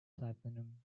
platinum